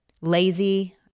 lazy